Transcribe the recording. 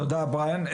תודה בריאן,